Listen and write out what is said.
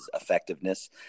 effectiveness